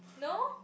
no